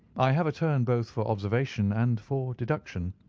i have a turn both for observation and for deduction.